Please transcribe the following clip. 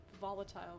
volatile